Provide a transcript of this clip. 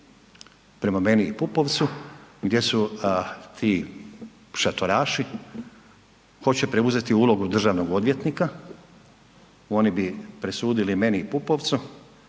prema meni i Pupovcu gdje su ti šatoraši hoće preuzeti ulogu državnog odvjetnika, oni bi presudili meni i Pupovcu.